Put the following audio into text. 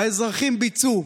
האזרחים ביצעו.